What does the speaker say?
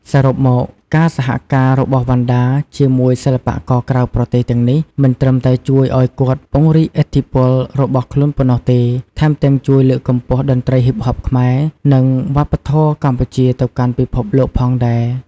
សរុបមក ការសហការរបស់ វណ្ណដា ជាមួយសិល្បករក្រៅប្រទេសទាំងនេះ មិនត្រឹមតែជួយឱ្យគាត់ពង្រីកឥទ្ធិពលរបស់ខ្លួនប៉ុណ្ណោះទេ ថែមទាំងជួយលើកកម្ពស់តន្ត្រី Hip-Hop ខ្មែរ និងវប្បធម៌កម្ពុជាទៅកាន់ពិភពលោកផងដែរ។